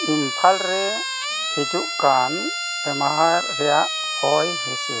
ᱤᱢᱯᱷᱚᱞ ᱨᱮ ᱦᱤᱡᱩᱜ ᱠᱟᱱ ᱮᱢᱦᱟ ᱨᱮᱭᱟᱜ ᱦᱚᱭ ᱦᱤᱸᱥᱤᱫ